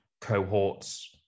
cohorts